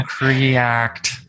React